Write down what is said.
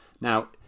Now